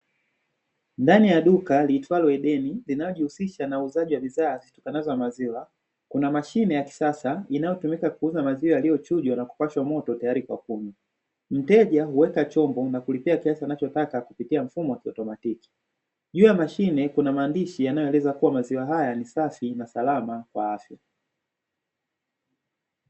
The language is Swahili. Ndani ya duka liitwalo Eden linalojihusisha na uuzaji wa bidhaa zitokanazo na maziwa, kuna mashine ya kisasa inayotumika kuuza maziwa yaliyochujwa na kupashwa moto tayari kwa kunywa. Mteja huweka chombo na kulipia kiasi anachotaka kupitia mfumo wa kiautomatiki, juu ya mashine kuna maandishi yanayoeleza kuwa maziwa haya ni safi na salama kwa afya.